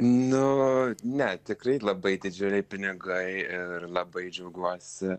nu ne tikrai labai didžiuliai pinigai ir labai džiaugiuosi